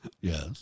Yes